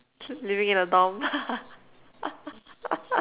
living in a dorm